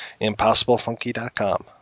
impossiblefunky.com